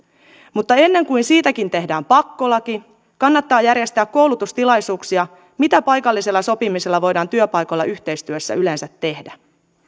mutta ennen kuin siitäkin tehdään pakkolaki kannattaa järjestää koulutustilaisuuksia siitä mitä paikallisella sopimisella voidaan työpaikoilla yhteistyössä yleensä tehdä